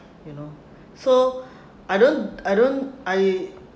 you know so I don't I don't I